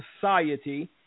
society